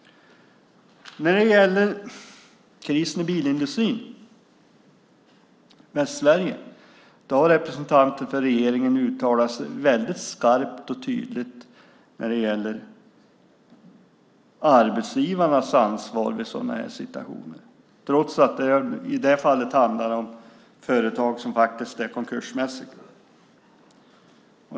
När det gäller krisen i bilindustrin i Västsverige har representanter för regeringen uttalat sig väldigt skarpt och tydligt om arbetsgivarnas ansvar i sådana här situationer trots att det i det fallet handlar om företag som faktiskt är konkursmässiga.